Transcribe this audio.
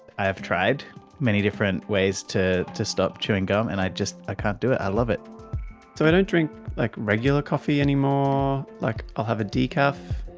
i've tried many different ways to to stop chewing gum and i just, i can't do it. i love it so i don't drink like regular coffee anymore. like, i'll have a decaf.